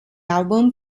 album